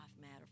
matter